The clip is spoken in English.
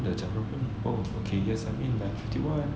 dah jam berapa ni oh okay dah nine fifty one